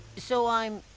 so i'm.